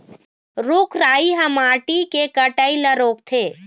रूख राई ह माटी के कटई ल रोकथे